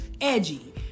edgy